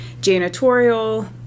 janitorial